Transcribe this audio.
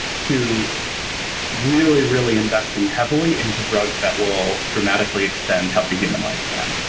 to really, really investing heavily into drugs that will dramatically extend healthy human lifespans.